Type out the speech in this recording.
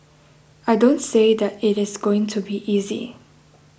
I don't say that it is going to be easy